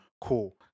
cool